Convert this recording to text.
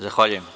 Zahvaljumem.